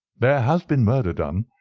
there has been murder done,